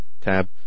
tab